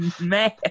man